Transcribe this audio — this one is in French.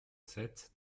sept